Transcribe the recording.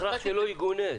זה הכרח שלא יגונה.